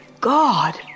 God